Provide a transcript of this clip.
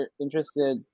interested